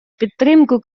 підтримку